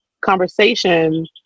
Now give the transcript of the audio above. conversation